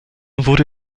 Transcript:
wurde